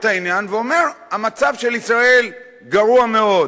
העניין ואומר: המצב של ישראל גרוע מאוד.